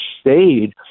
stayed